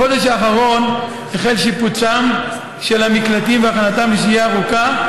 בחודש האחרון החל שיפוצם של המקלטים והכנתם לשהייה ארוכה,